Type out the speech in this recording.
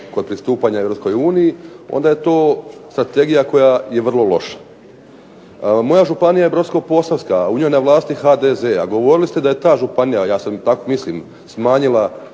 kod pristupanja EU onda je to strategija koja je vrlo loša. Moja županija je Brodsko-posavska, u njoj je na vlasti HDZ, a govorili ste da je ta županija, ja tako mislim, smanjila